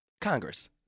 Congress